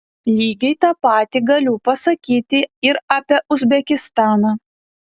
lygiai tą patį galiu pasakyti ir apie uzbekistaną